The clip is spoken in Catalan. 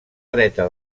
dreta